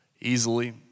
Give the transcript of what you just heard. easily